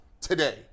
today